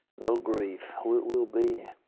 no grief. we'll be